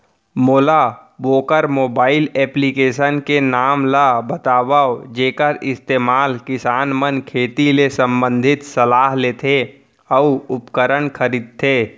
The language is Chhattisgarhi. मोला वोकर मोबाईल एप्लीकेशन के नाम ल बतावव जेखर इस्तेमाल किसान मन खेती ले संबंधित सलाह लेथे अऊ उपकरण खरीदथे?